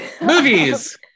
movies